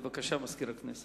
בבקשה, מזכיר הכנסת.